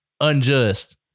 unjust